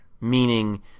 meaning